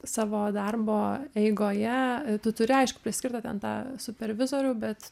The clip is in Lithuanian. savo darbo eigoje turi aiškų priskirtą supervizorių bet